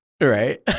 Right